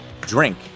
Drink